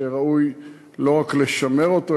שראוי לא רק לשמר אותו,